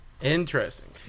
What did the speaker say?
Interesting